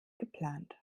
geplant